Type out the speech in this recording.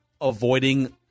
avoiding